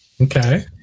Okay